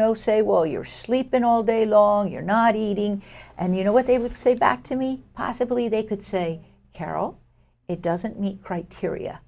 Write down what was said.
know say well you're sleeping all day long you're not eating and you know what they would say back to me possibly they could say carol it doesn't meet criteria